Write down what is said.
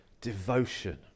devotion